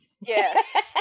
Yes